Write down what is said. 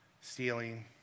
stealing